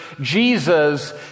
Jesus